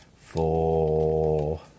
four